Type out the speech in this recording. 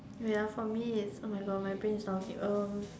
ya for me is oh my god my brain is not working um